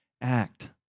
act